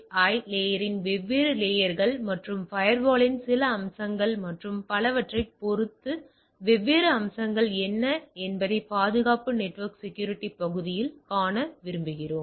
ஐ லேயரின் வெவ்வேறு லேயர்கள் மற்றும் ஃபயர்வாலின் சில அம்சங்கள் மற்றும் பலவற்றைப் பொறுத்து வெவ்வேறு அம்சங்கள் என்ன என்பதை பாதுகாப்பு நெட்வொர்க் செக்யூரிட்டி பகுதியில் காண விரும்புகிறோம்